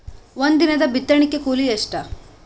ಒಂದಿನದ ಬಿತ್ತಣಕಿ ಕೂಲಿ ಎಷ್ಟ?